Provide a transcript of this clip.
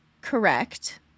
correct